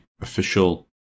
official